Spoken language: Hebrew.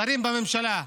שרים בממשלה,